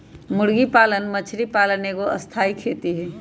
मुर्गी पालन मछरी पालन एगो स्थाई खेती हई